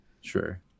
Sure